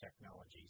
technologies